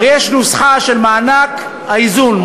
הרי יש נוסחה של מענק האיזון,